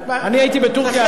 אני הייתי בטורקיה ב-1997,